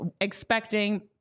expecting